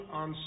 on